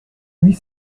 huit